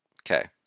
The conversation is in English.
Okay